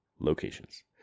locations